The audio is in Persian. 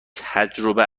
تجربه